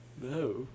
No